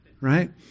right